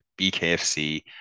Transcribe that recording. BKFC